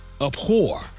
abhor